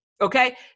Okay